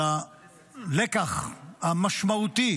על הלקח המשמעותי